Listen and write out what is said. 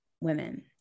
women